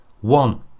One